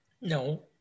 No